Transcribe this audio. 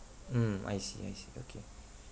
mm I see I see okay